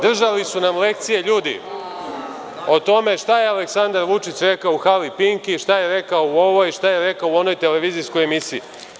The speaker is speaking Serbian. Držali su nam lekcije ljudi o tome šta je Aleksandar Vučić rekao u hali „Pinki“, šta je rekao u ovoj, šta je rekao u onoj televizijskoj emisiji.